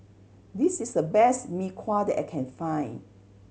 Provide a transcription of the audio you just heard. this is the best Mee Kuah that I can find